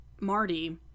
Marty